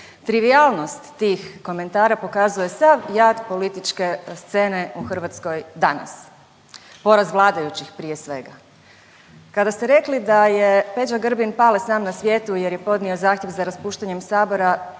Trivijalnost tih komentara pokazuje sav jad političke scene u Hrvatskoj danas. Poraz vladajućih prije svega. Kada ste rekli da je Peđa Grbin Pale sam na svijetu jer je podnio zahtjev za raspuštanjem sabora